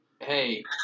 hey